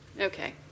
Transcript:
Okay